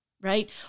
right